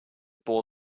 bore